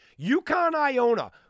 UConn-Iona